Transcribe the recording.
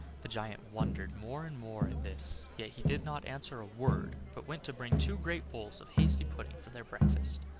the giant wondered more and more at this yet he did not answer a word, but went to bring two great bowls of hasty-pudding for their breakfast.